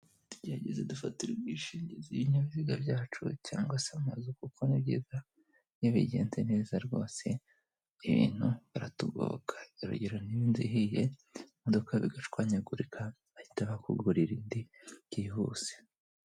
Tugerageza dufatire ubwishingizi ibinyabiziga byacu, cyangwa se amazu kuko ni byiza, iyo bigenze neza rwose ibintu baratugoboka, urugero nk'inzu ihiye cyangwa imodoka bigashwanyagurika bahita bakugurira indi byihuse.